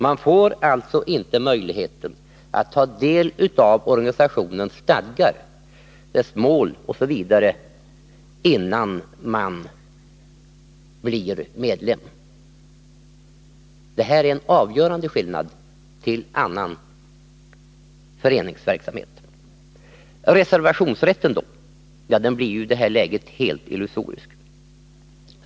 Man får alltså inte möjlighet att ta del av organisationens stadgar, dess mål osv., innan man blir medlem. Detta är en avgörande skillnad i förhållande till annan föreningsverksamhet. Reservationsrätten då? Ja, den blir i det här läget helt illusorisk.